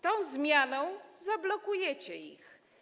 Tą zmianą zablokujecie ich.